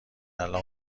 الان